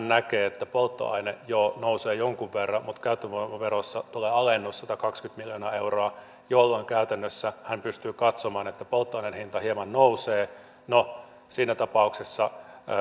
näkee että polttoaine nousee joo jonkun verran mutta käyttövoimaverossa tulee alennus satakaksikymmentä miljoonaa euroa jolloin käytännössä hän pystyy katsomaan että polttoaineen hinta hieman nousee no siinä tapauksessa